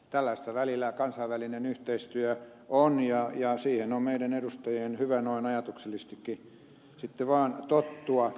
tällaista välillä kansainvälinen yhteistyö on ja siihen on meidän edustajien hyvä noin ajatuksellisestikin sitten vaan tottua